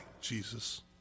Jesus